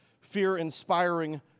fear-inspiring